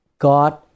God